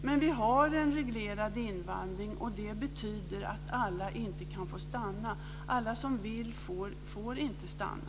Men vi har en reglerad invandring, och det betyder att alla inte kan få stanna - alla som vill får inte stanna.